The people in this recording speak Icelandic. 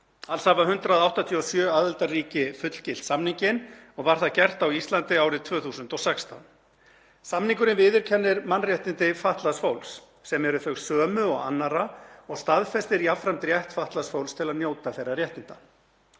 Alls hafa 187 aðildarríki fullgilt samninginn og var það gert á Íslandi árið 2016. Samningurinn viðurkennir mannréttindi fatlaðs fólks, sem eru þau sömu og annarra, og staðfestir jafnframt rétt fatlaðs fólks til að njóta þeirra réttinda.